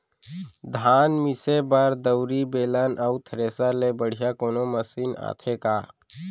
धान मिसे बर दंवरि, बेलन अऊ थ्रेसर ले बढ़िया कोनो मशीन आथे का?